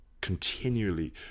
continually